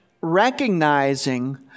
recognizing